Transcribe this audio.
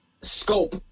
scope